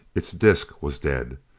its disc was dead!